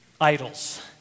idols